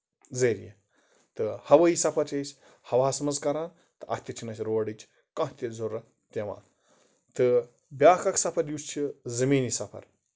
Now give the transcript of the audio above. ذریعہِ ہوٲیی سَفر چھِ أسۍ ہَواہَس منٛز کران تہٕ اَتھ تہِ چھےٚ نہٕ اَسہِ روڈٕچ کانہہ تہِ ضوٚرتھ پیوان تہٕ بیاکھ اکھ سَفر یُس چھُ زٔمیٖنی سَفر